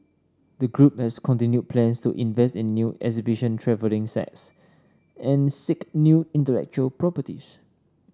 the group has continued plans to invest in new exhibition travelling sets and seek new intellectual properties